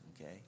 Okay